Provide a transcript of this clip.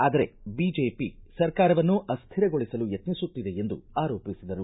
ಆದರೆ ಬಿಜೆಪಿ ಸರ್ಕಾರವನ್ನು ಅಸ್ಥಿರಗೊಳಿಸಲು ಯತ್ನಿಸುತ್ತಿದೆ ಎಂದು ಪರಮೇಶ್ವರ ಆರೋಪಿಸಿದರು